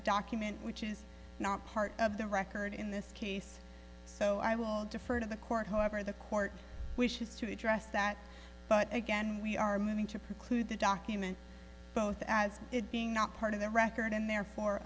a document which is not part of the record in this case so i will defer to the court however the court wishes to address that but again we are moving to preclude the document both as it being not part of the record and therefore